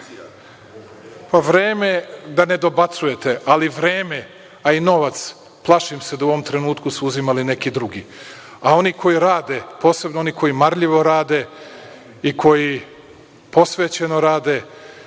vreme je da ne dobacujete, a i vreme, a i novac plašim se u ovom trenutku da su uzimali neki drugi. A, oni koji rade, posebno oni koji marljivo rade i koji posvećeno rade,